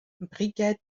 brigade